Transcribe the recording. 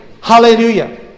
Hallelujah